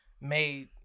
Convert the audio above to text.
made